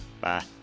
Bye